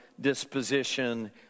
disposition